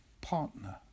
partner